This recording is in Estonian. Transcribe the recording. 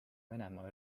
venemaa